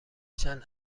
چند